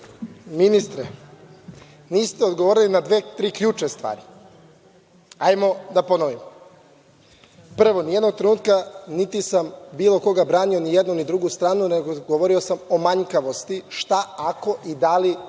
niste odgovorili na dve-tri ključne stvari, ajmo da ponovimo. Prvo, ni jednog trenutka niti sam bilo koga branio, ni jednu ni drugu stranu, nego sam govorio o manjkavosti, šta ako i da li